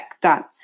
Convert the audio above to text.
done